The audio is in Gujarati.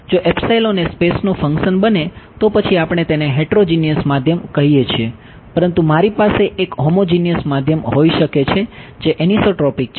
જો એ સ્પેસનું ફંક્સન બને તો પછી આપણે તેને હેટ્રોજીનીયસ માધ્યમ કહીએ છીએ પરંતુ મારી પાસે એક હોમોજીનીયસ માધ્યમ હોઈ શકે છે જે એનિસોટ્રોપિક છે